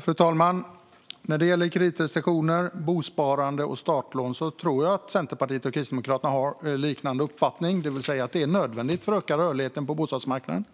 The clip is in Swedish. Fru talman! När det gäller kreditrestriktioner, bosparande och startlån tror jag att Centerpartiet och Kristdemokraterna har liknande uppfattning. Det är nödvändigt för att öka rörligheten på bostadsmarknaden.